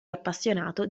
appassionato